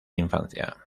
infancia